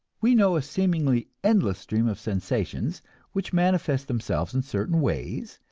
we know a seemingly endless stream of sensations which manifest themselves in certain ways,